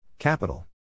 Capital